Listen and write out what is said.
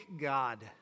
God